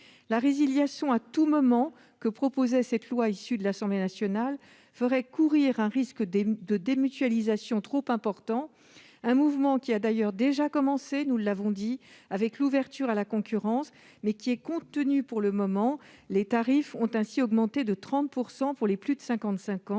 La résiliation à tout moment que proposait ce texte issu de l'Assemblée nationale ferait courir un risque de démutualisation trop important. C'est un mouvement qui a d'ailleurs déjà commencé avec l'ouverture à la concurrence, mais qui est contenu pour le moment : les tarifs ont ainsi augmenté de 30 % pour les plus de 55 ans,